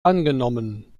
angenommen